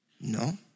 No